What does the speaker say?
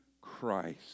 Christ